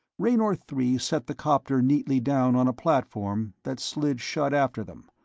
raynor three set the copter neatly down on a platform that slid shut after them,